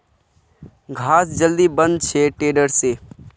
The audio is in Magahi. घास जल्दी बन छे टेडर से